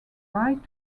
right